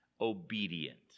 obedient